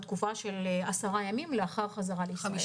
בתקופה של 10 ימים לאחר חזרתם לישראל.